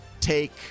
take